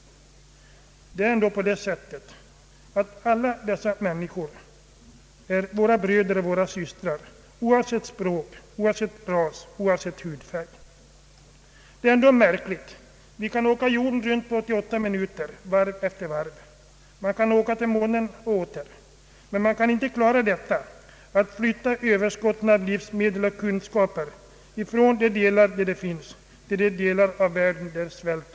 Det är ändå på det sättet att alla dessa människor är våra bröder och våra systrar, oavsett språk, oavsett ras, oavsett hudfärg. Vi kan åka jorden runt på 88 minuter, varv efter varv. Man kan åka till månen och åter. Men man kan inte klara att flytta överskotten av livsmedel och kunskaper från de delar av världen där de finns till de delar där svält och nöd råder.